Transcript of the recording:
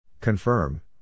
Confirm